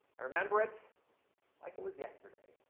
i remember it like it was yesterday.